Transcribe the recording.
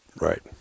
Right